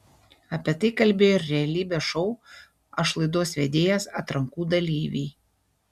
apie tai kalbėjo ir realybės šou aš laidos vedėjas atrankų dalyviai